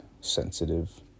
sensitive